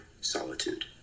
solitude